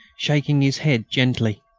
shaking his head gently.